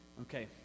okay